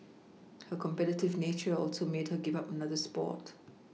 her competitive nature also made her give up another sport